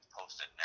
posted